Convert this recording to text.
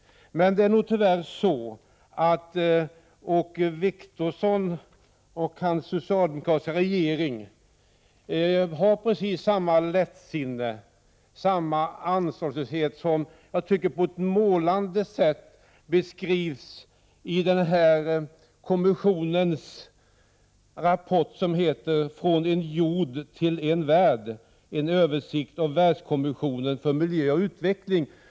Åke Wictorsson och hans socialdemokratiska regering visar tyvärr samma lättsinne och samma ansvarslöshet som på ett målande sätt beskrivs i Världskommissionens rapport som heter Från en jord till en värld, En översikt av Världskommissionen för miljö och utveckling.